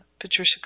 Patricia